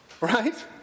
right